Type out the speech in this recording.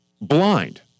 blind